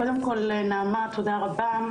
קודם כול, נעמה, תודה רבה.